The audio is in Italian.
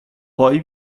poi